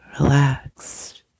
Relaxed